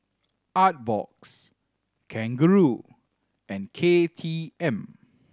Artbox Kangaroo and K T M